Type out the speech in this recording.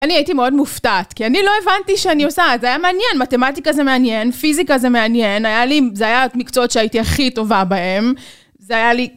אני הייתי מאוד מופתעת, כי אני לא הבנתי שאני עושה, זה היה מעניין, מתמטיקה זה מעניין, פיזיקה זה מעניין, זה היה מקצועות שהייתי הכי טובה בהן, זה היה לי...